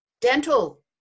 dental